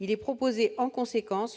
nous proposons